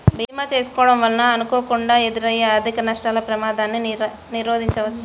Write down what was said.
భీమా చేసుకోడం వలన అనుకోకుండా ఎదురయ్యే ఆర్థిక నష్టాల ప్రమాదాన్ని నిరోధించవచ్చు